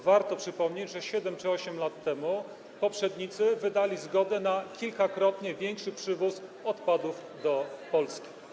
Warto przypomnieć, że 7 czy 8 lat temu poprzednicy wydali zgodę na kilkakrotnie większy przywóz odpadów do Polski.